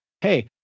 Hey